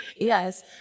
Yes